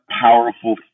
powerful